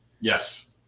Yes